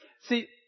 See